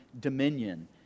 dominion